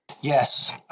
Yes